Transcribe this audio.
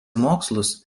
mokslus